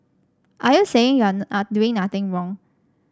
are you saying you're are doing nothing wrong